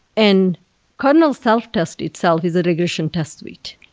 and kernel self test itself is a regression test suite.